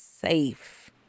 safe